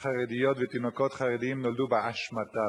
חרדיות ותינוקות חרדים נולדו "באשמתה".